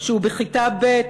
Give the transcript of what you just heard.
שהוא בכיתה ב',